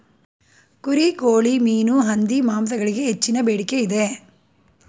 ಕುರಿ, ಕೋಳಿ, ಮೀನು, ಹಂದಿ ಮಾಂಸಗಳಿಗೆ ಹೆಚ್ಚಿನ ಬೇಡಿಕೆ ಇದೆ